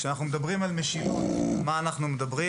כשאנחנו מדברים על משילות, על מה אנחנו מדברים?